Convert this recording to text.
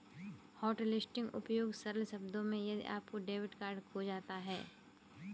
hotlisting उपयोग सरल शब्दों में यदि आपका डेबिट कार्ड खो जाता है